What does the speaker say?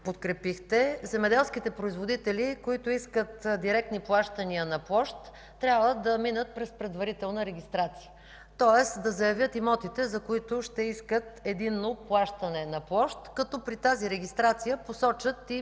подкрепихте, земеделските производители, които искат директни плащания на площ, трябва да минат през предварителна регистрация. Тоест да заявяват имотите, за които ще искат единно плащане на площ, като при тази регистрация посочват и